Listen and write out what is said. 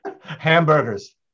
Hamburgers